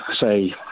say